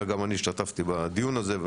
וגם אני השתתפתי בדיון הזה.